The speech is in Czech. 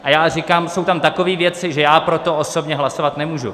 A já říkám, jsou tam takové věci, že já pro to osobně hlasovat nemůžu.